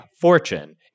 Fortune